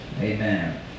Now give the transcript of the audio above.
Amen